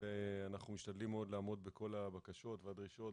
ואנחנו משתדלים מאוד לעמוד בכל הבקשות והדרישות,